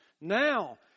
now